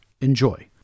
Enjoy